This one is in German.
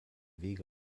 wege